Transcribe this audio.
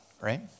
right